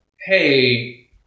Hey